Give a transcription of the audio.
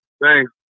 thanks